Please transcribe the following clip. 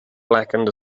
blackened